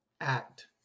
act